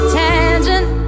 tangent